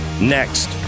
next